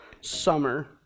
summer